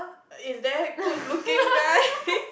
is there good looking guy